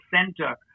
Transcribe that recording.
center